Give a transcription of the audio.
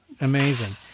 amazing